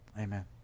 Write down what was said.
Amen